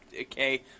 okay